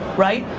right?